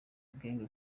gang